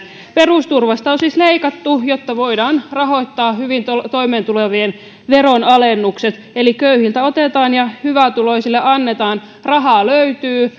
perusturvasta on siis leikattu jotta voidaan rahoittaa hyvin toimeentulevien veronalennukset eli köyhiltä otetaan ja hyvätuloisille annetaan rahaa löytyy